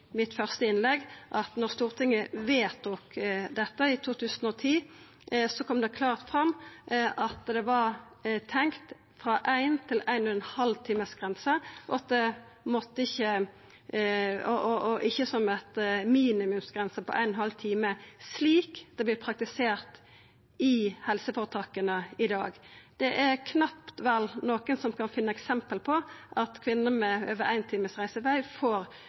2010, kom det klart fram at det var tenkt frå 1–1,5 times grense, og ikkje som ei minimumsgrense på 1,5 time, slik det vert praktisert i helseføretaka i dag. Det er vel knapt nokon som kan finna eksempel på at kvinner med omkring ein times reiseveg får